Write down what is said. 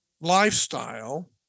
lifestyle